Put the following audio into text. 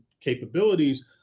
capabilities